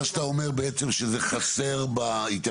מה שאתה אומר בעצם שזה חסר בהתייחסות?